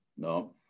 No